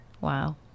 Wow